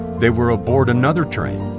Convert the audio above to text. they were aboard another train,